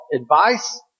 advice